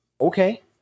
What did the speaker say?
okay